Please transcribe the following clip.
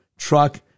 truck